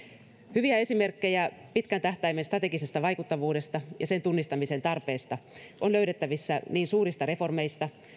hyviä esimerkkejä pitkän tähtäimen strategisesta vaikuttavuudesta ja sen tunnistamisen tarpeesta on löydettävissä niin suurista reformeista